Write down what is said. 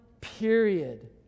period